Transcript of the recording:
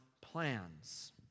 plans